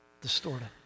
distorted